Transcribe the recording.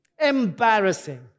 embarrassing